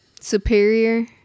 superior